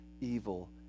evil